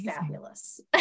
fabulous